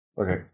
okay